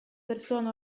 persone